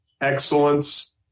Excellence